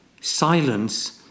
Silence